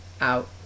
out